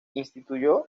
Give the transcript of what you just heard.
instituyó